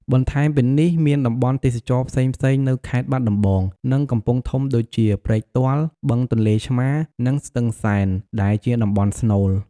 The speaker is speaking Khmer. បន្ថែមពីនេះ មានតំបន់ទេសចរណ៍ផ្សេងៗនៅខេត្តបាត់ដំបង និងកំពង់ធំដូចជា ព្រែកទាល់ បឹងទន្លេឆ្មារ និងស្ទឹងសែន ដែលជាតំបន់ស្នូល។